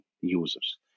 users